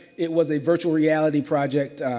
it was a virtual reality project.